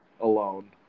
alone